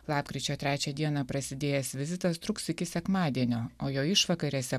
lapkričio trečią dieną prasidėjęs vizitas truks iki sekmadienio o jo išvakarėse